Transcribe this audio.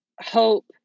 hope